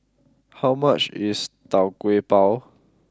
how much is Tau Kwa Pau